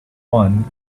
one